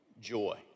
joy